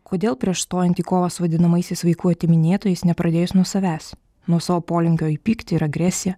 kodėl prieš stojant į kovą su vadinamaisiais vaikų atiminėtojais nepradėjus nuo savęs nuo savo polinkio į pyktį ir agresiją